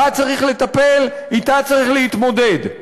אתה צריך להתמודד.